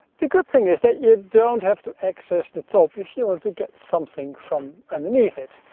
the good thing is that you don't have to access the top if you want to get something from underneath it.